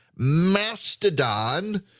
Mastodon